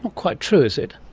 quite true, is it?